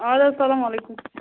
اَدٕ حظ سلام علیکُم